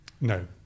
No